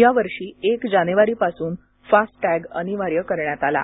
या वर्षी एक जानेवारीपासून फास्टॅग अनिवार्य करण्यात आला आहे